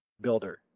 builder